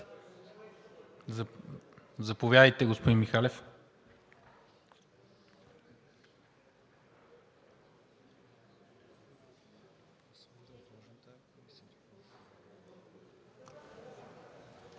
Заповядайте, господин Михалев.